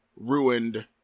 ruined